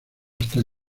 hasta